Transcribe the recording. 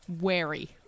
wary